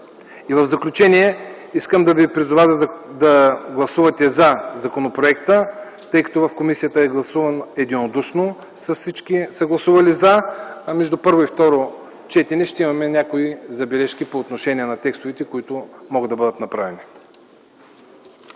В заключение искам да ви призова да гласувате „за” законопроекта, тъй като в комисията е приет единодушно. Между първо и второ четене ще имаме някои забележки по отношение на текстовете, които могат да бъдат направени.